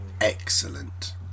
excellent